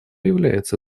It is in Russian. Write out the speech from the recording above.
является